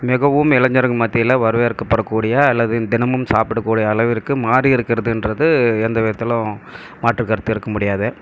மிகவும் இளைஞருக்கு மத்தியில் வரவேற்கப்படக்கூடிய அல்லது தினமும் சாப்பிடக்கூடிய அளவிற்கு மாறி இருக்கிறதுன்றது எந்த விதத்திலும் மாற்றுக்கருத்து இருக்க முடியாது